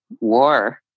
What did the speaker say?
war